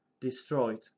destroyed